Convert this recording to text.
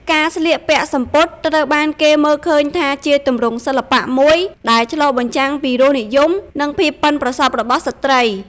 ការស្លៀកពាក់សំពត់ត្រូវបានគេមើលឃើញថាជាទម្រង់សិល្បៈមួយដែលឆ្លុះបញ្ចាំងពីរសនិយម និងភាពប៉ិនប្រសប់របស់ស្ត្រី។